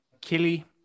Killy